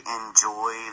enjoy